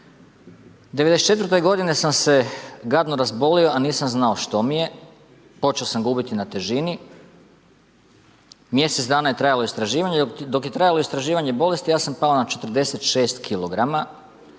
'94. godine sam se gadno razbolio, a nisam znao što mi je. Počeo sam gubiti na težini. Mjesec dana je trajalo istraživanje. Dok je trajalo istraživanje bolesti ja sam pao na 46